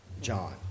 John